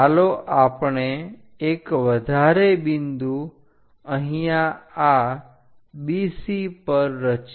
ચાલો આપણે એક વધારે બિંદુ અહીંયા આ BC પર રચીએ